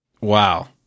Wow